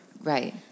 Right